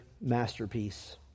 masterpiece